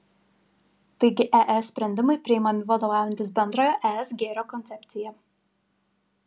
taigi es sprendimai priimami vadovaujantis bendrojo es gėrio koncepcija